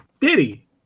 diddy